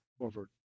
over